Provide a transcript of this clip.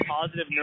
positive